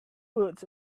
boots